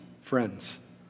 friends